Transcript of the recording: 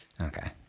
Okay